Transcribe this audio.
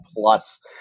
plus